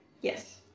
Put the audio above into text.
Yes